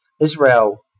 Israel